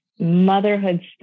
motherhood